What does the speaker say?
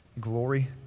glory